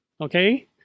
okay